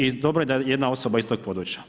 I dobro je da je jedna osoba iz tog područja.